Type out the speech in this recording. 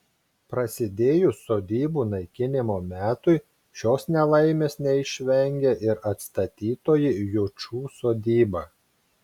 prasidėjus sodybų naikinimo metui šios nelaimės neišvengė ir atstatytoji jučų sodyba